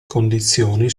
condizioni